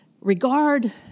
regard